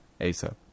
Asap